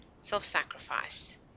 self-sacrifice